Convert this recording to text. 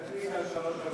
להקפיד על שלוש דקות